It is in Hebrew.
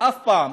אף פעם.